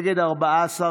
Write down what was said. הצבעה.